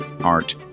art